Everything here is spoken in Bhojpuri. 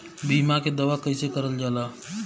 बीमा के दावा कैसे करल जाला?